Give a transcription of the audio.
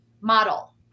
model